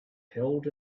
held